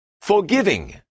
forgiving